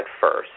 first